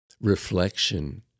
reflection